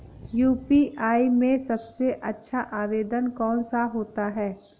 UPI में सबसे अच्छा आवेदन कौन सा होता है?